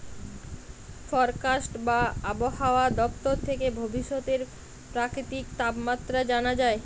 forecast বা আবহায়া দপ্তর থেকে ভবিষ্যতের প্রাকৃতিক তাপমাত্রা জানা যায়